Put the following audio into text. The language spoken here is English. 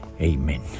Amen